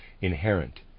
inherent